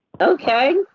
Okay